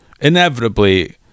inevitably